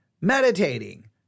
meditating